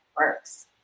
works